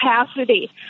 capacity